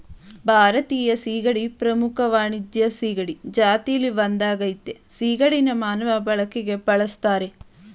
ಭಾರತೀಯ ಸೀಗಡಿ ಪ್ರಮುಖ ವಾಣಿಜ್ಯ ಸೀಗಡಿ ಜಾತಿಲಿ ಒಂದಾಗಯ್ತೆ ಸಿಗಡಿನ ಮಾನವ ಬಳಕೆಗೆ ಬಳುಸ್ತರೆ